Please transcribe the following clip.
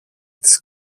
τις